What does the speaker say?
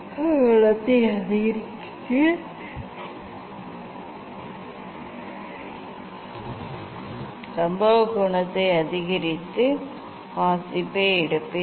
நான் சம்பவ கோணத்தை அதிகரித்து வாசிப்பை எடுப்பேன்